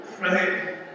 Right